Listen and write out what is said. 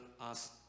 ask